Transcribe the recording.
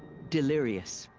delirious.